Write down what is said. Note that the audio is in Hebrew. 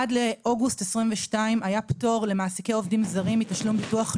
עד לאוגוסט 2022 היה פטור למעסיקי עובדים זרים מתשלום ביטוח לאומי.